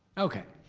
okay,